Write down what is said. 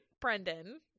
Brendan